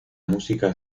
música